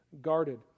guarded